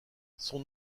son